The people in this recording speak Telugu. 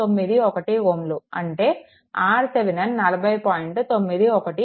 91Ω అంటే RThevenin 40